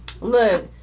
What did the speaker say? look